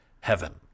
heaven